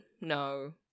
No